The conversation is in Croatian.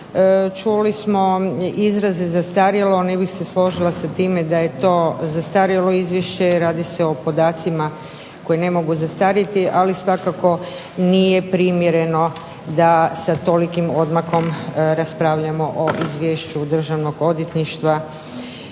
čuli smo izraze zastarjelo ne bih se složila sa time da je to zastarjelo izvjeđšće, radi se o podacima koji ne mogu zastarijeti ali svakako nije primjereno da sa tolikim odmakom raspravljamo o Izvješću Državnog odvjetništva